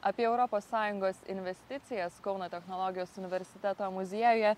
apie europos sąjungos investicijas kauno technologijos universiteto muziejuje